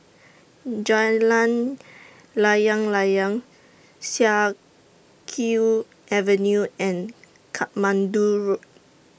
Jalan Layang Layang Siak Kew Avenue and Katmandu Road